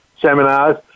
seminars